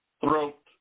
throat